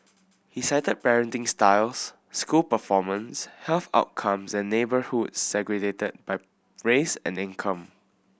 he cited parenting styles school performance health outcomes and neighbourhoods segregated by race and income